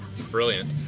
brilliant